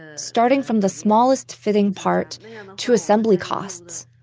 ah starting from the smallest fitting part to assembly costs.